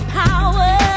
power